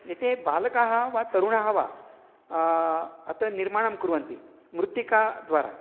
एते बालकाः वा तरुणः वा अत्र निर्माणं कुर्वन्ति मृत्तिका द्वारा